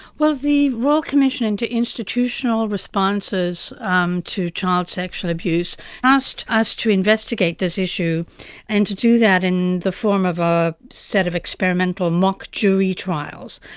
well, the royal commission into institutional responses um to child sexual abuse asked us to investigate this issue and to do that in the form of a set of experimental mock jury trials,